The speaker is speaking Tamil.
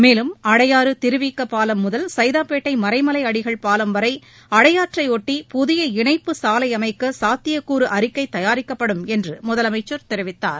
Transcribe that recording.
மேலும் அடையாறு திருவிக பாலம் முதல் சைதாப்பேட்டை மறைமலை அடிகள் பாலம் வரை அடையாற்றை ஒட்டி புதிய இணைப்பு சாலை அமைக்க சாத்தியக்கூறு அறிக்கை தயாரிக்கப்படும் என்று முதலமைச்சர் தெரிவித்தார்